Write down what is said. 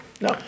no